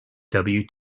kenny